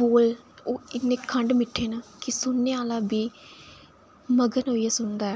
बोल न ओह् इन्ने खंड मिट्ठे न कि सुनने आह्ला बी मग्न होइयै सुनदा ऐ